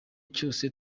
cyose